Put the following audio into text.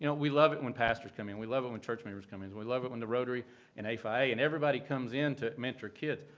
you know we love it when pastors come in. we love it when church members come in. and we love it when the rotary and a five a and everybody comes in to mentor kids.